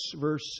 verse